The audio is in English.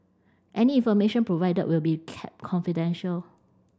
any information provided will be kept confidential